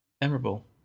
memorable